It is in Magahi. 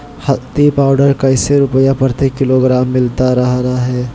हल्दी पाउडर कैसे रुपए प्रति किलोग्राम मिलता रहा है?